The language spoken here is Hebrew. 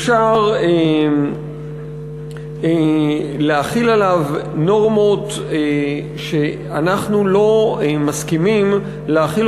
אפשר להחיל עליו נורמות שאנחנו לא מסכימים להחיל